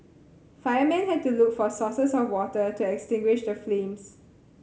firemen had to look for sources of water to extinguish the flames